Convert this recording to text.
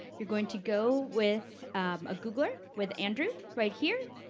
you're going to go with a googler, with andrew right here.